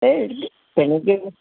এই তেনেকেই